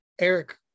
Eric